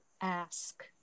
ask